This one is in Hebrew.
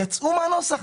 יצאו מהנוסח.